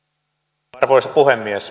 arvoisa puhemies